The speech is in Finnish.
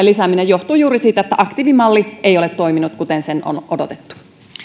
lisääminen johtuu juuri siitä että aktiivimalli ei ole toiminut kuten on odotettu